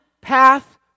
path